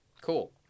cool